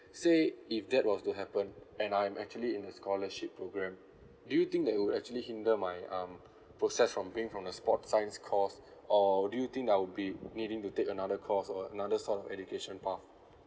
say if that was to happen and I'm actually in a scholarship program do you think that would actually hinder my um process from being from the sports science course or do you think I'll be needing to take another course or another sort of education path